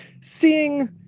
seeing